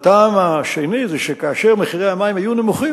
והטעם השני הוא שכאשר מחירי המים היו נמוכים,